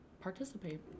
participate